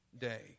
day